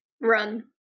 Run